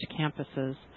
campuses